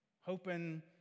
hoping